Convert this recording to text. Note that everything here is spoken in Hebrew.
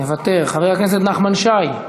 מוותר, חבר הכנסת נחמן שי,